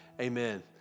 amen